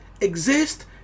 exist